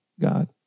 God